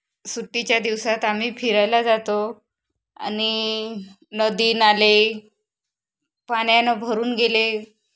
सुट्टीच्या दिवसात आम्ही फिरायला जातो आणि नदी नाले पाण्यानं भरून गेले